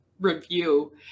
review